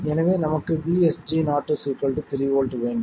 எனவே நமக்கு VSG0 3 volt வேண்டும்